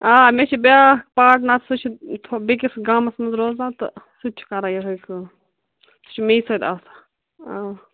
آ مےٚ چھِ بیٛاکھ پاٹنَر سُہ چھُ بیٚیِس گامَس منٛز روزان تہٕ سُہ تہِ چھُ کَران یِہَے کٲم سُہ چھِ میٚے سۭتۍ آسان آ